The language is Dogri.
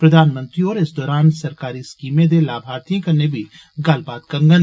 प्रधानमंत्री होर इस दौरान सरकारी स्कीमें दे लाभार्थिएं कन्नै बी गल्लबात करगंन